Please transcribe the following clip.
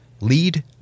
Lead